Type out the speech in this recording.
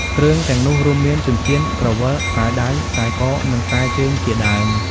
គ្រឿងទាំងនោះរួមមានចិញ្ចៀន ក្រវិល ខ្សែដៃ ខ្សែក និងខ្សែជើងជាដើម។